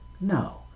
No